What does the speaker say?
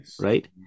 right